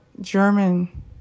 German